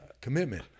Commitment